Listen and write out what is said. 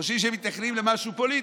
חושבים שמתכוונים למשהו פוליטי.